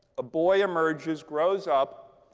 a boy emerges, grows up.